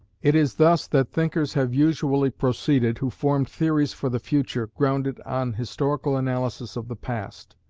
it is thus that thinkers have usually proceeded, who formed theories for the future, grounded on historical analysis of the past.